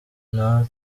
ntawe